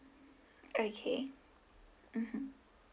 okay mmhmm